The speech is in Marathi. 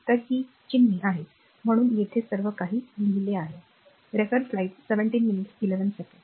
तर ही चिन्हे आहेत म्हणून येथे सर्व काही लिहिलेले आहे